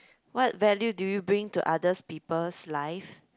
what value do you bring to others people's life